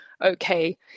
okay